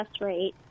rate